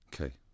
Okay